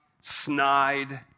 snide